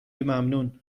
ممنون